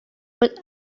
but